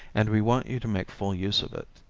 and we want you to make full use of it.